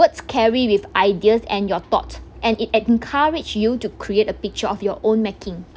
words carry with ideas and your thought and it encourage you to create a picture of your own making